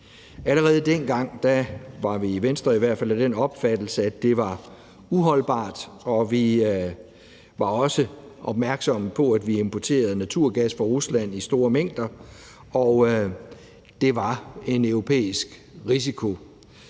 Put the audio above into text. Allerede dengang var vi i Venstre i hvert fald af den opfattelse, at det var uholdbart, og vi var også opmærksomme på, at vi importerede naturgas fra Rusland i store mængder, og at det var en europæisk risiko.